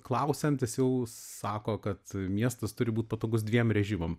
klausiant jis jau sako kad miestas turi būt patogus dviem režimam